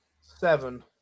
Seven